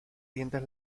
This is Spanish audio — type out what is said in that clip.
dientes